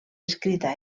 escrita